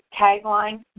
tagline